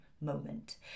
moment